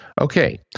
Okay